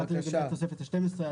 לתוספת ה-12.